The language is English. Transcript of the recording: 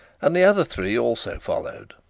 and the other three also followed.